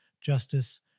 justice